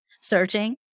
searching